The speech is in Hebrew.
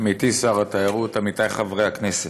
עמיתי שר התיירות, עמיתיי חברי הכנסת,